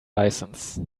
license